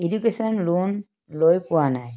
education loan লৈ পোৱা নাই